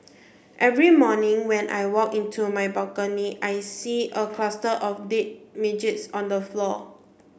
every morning when I walk into my balcony I see a cluster of dead midges on the floor